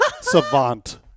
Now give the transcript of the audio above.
savant